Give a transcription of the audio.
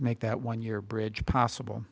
make that one your bridge possible